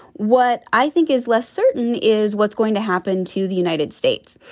what i think is less certain is what's going to happen to the united states.